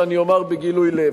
ואני אומר בגילוי לב,